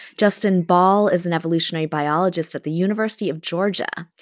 justin bahl is an evolutionary biologist at the university of georgia.